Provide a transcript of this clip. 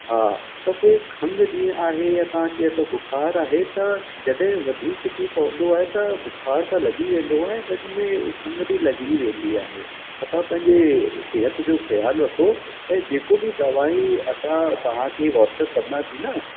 हा त पोइ खंधि जीअं आहे या असांखे या तो बुख़ार आहे त जॾहिं वधीक थी पवंदो आहे त बुख़ार त लॻी वेंदो ऐं गॾु में खंधि बि लॻी वेंदी आहे त तव्हां पंहिंजे सिहत जो ख़्यालु रखो ऐं जेको बि दवाई असां तव्हांखे वॉट्सअप कंदासीं न